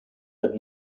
had